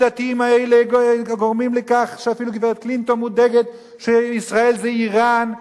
הדתיים האלה גורמים לכך שאפילו גברת קלינטון מודאגת שישראל זה אירן.